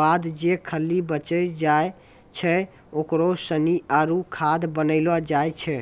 बाद जे खल्ली बची जाय छै ओकरा सानी आरु खाद बनैलो जाय छै